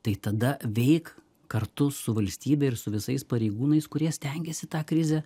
tai tada veik kartu su valstybe ir su visais pareigūnais kurie stengiasi tą krizę